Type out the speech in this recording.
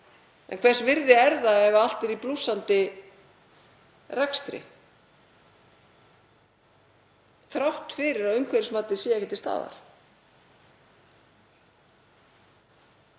En hvers virði er það ef allt er í blússandi rekstri þrátt fyrir að umhverfismatið sé ekki til staðar?